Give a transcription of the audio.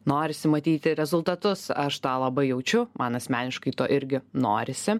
norisi matyti rezultatus aš tą labai jaučiu man asmeniškai to irgi norisi